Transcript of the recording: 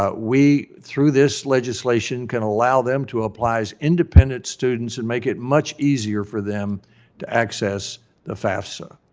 ah we, through this legislation, can allow them to apply as independent students and make it much easier for them to access the fafsa.